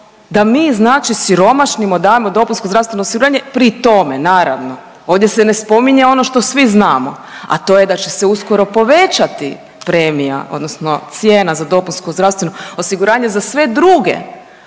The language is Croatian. da mi znači siromašnima dajemo dopunsko zdravstveno osiguranje, pri tome, naravno, ovdje se ne spominje ono što svi znamo, a to je da će se uskoro povećati premija, odnosno cijena za dopunsko zdravstveno osiguranje za sve druge,